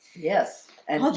yes and